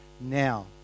now